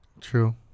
True